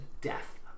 death